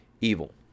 evil